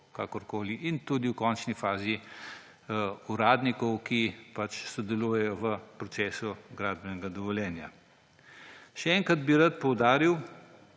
uporabnikov in tudi v končni fazi uradnikov, ki pač sodelujejo v procesu gradbenega dovoljenja. Še enkrat bi rad poudaril,